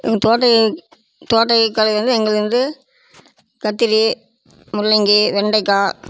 தோட்ட கலை வந்து எங்களுது வந்து கத்திரி முள்ளங்கி வெண்டைக்காய்